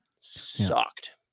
Sucked